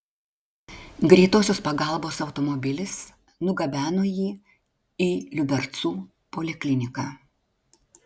greitosios pagalbos automobilis nugabeno jį į liubercų polikliniką